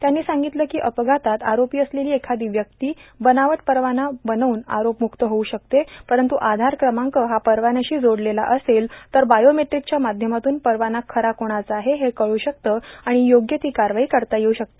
त्यांनी सांगितलं कां अपघातात आरोपी असलेलां एखादां व्यक्ती बनावट परवाना बनवून आरोप मुक्त होऊ शकतो परंत् आधार क्रमांक हा परवान्याशी जोडलेला असेल तर बायोमेट्रीकच्या माध्यमातून परवाना खरा कोणाचा आहे हे कळू शकतं आर्गण योग्य ती कारवाई करता येऊ शकते